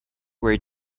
where